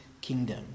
kingdom